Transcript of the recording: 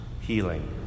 healing